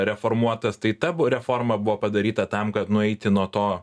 reformuotas tai ta reforma buvo padaryta tam kad nueiti nuo to